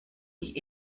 die